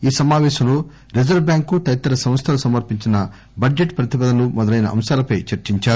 ఈ సమాపేశంలో reserve bank తదితర సంస్థలు సమర్పించిన బడ్జెట్ ప్రతిపాదనలు మొదలైన అంశాలపై చర్చించారు